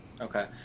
Okay